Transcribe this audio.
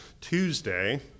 Tuesday